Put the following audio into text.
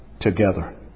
together